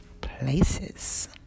places